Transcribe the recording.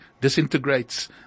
disintegrates